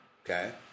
Okay